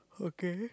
okay